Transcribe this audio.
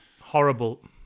horrible